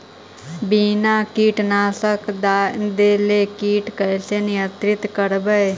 बिना कीटनाशक देले किट कैसे नियंत्रन करबै?